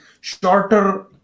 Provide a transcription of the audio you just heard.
shorter